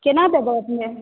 केना दबै अपने